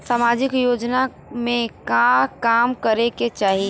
सामाजिक योजना में का काम करे के चाही?